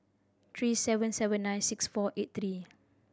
three seven seven nine six four eight three